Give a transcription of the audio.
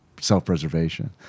self-preservation